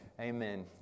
Amen